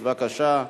בבקשה,